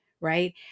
right